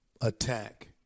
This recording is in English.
attack